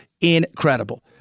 Incredible